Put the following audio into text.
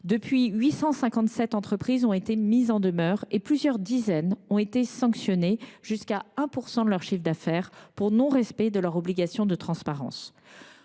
Depuis lors, 857 entreprises ont été mises en demeure et plusieurs dizaines ont été sanctionnées, jusqu’à 1 % de leur chiffre d’affaires, pour non respect de leur obligation de transparence.